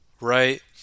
right